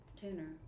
tuner